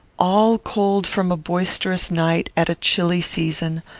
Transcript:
all cold from a boisterous night, at a chilly season,